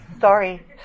sorry